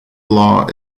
law